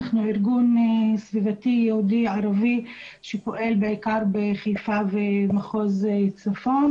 אנחנו ארגון סביבתי יהודי-ערבי שפועל בעיקר בחיפה ומחוז צפון